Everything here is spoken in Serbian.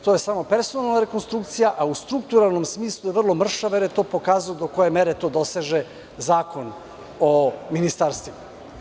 To je samo personalna rekonstrukcija, a u strukturalnom smislu, vrlo mršava, jer je to pokazano do koje mere do doseže Zakon o ministarstvima.